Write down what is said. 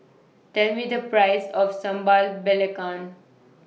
Tell Me The Price of Sambal Belacan